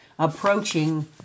approaching